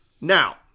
Now